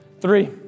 three